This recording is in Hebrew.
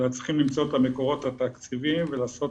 אלא צריכים למצוא את המקורות התקציביים ולעשות